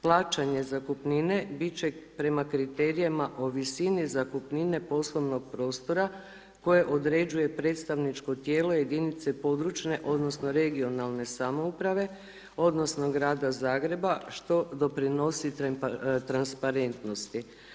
Plaćanje zakupnine, biti će prema kriterijima o visini, zakupnine poslovnog prostora, koje određuje predstavničko tijelo jedinice područne, odnosno, regionalne samouprave, odnosno, Grada Zagreba, što doprinosi transparentnosti.